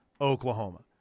Oklahoma